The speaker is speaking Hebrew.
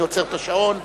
אני עוצר את השעון,